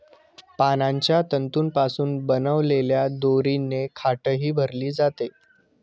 पानांच्या तंतूंपासून बनवलेल्या दोरीने खाटही भरली जाते